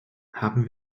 haben